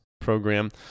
program